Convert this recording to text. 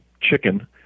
chicken